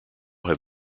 have